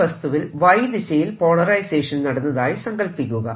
ഈ വസ്തുവിൽ Y ദിശയിൽ പോളറൈസേഷൻ നടന്നതായി സങ്കൽപ്പിക്കുക